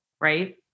right